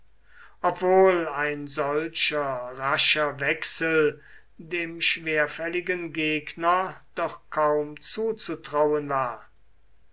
obwohl ein solcher rascher wechsel dem schwerfälligen gegner doch kaum zuzutrauen war